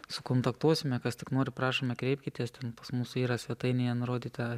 sukontaktuosime kas tik nori prašome kreipkitės ten pas mus yra svetainėje nurodyta